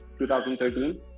2013